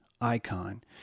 icon